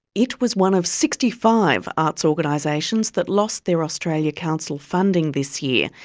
it was one of sixty five arts organisations that lost their australia council funding this year,